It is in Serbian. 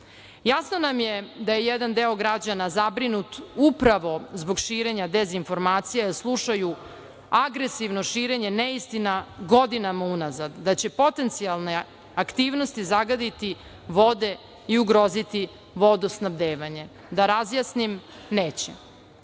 nam je da je jedan deo građana zabrinut upravo zbog širenja dezinformacija, jer slušaju agresivno širenje neistina godinama unazad, da će potencijalne aktivnosti zagaditi vode i ugroziti vodosnabdevanje. Da razjasnim, neće. Prema